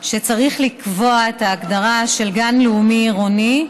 שצריך לקבוע את ההגדרה של גן לאומי עירוני,